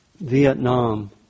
Vietnam